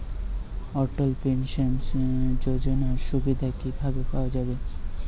অটল pension যোজনার সুবিধা কি ভাবে পাওয়া যাবে?